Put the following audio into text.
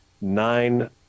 nine